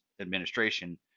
administration